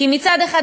מצד אחד,